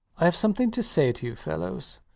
i have something to say to you fellows.